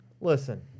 Listen